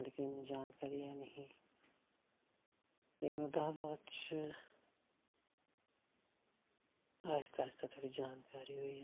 लेकिन इन्नी जानकारी ऐ निं ही लेकिन ओह्दे कशा दा बाद च आस्ता आस्ता थोह्ड़ी जानकारी होई